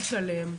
שלם,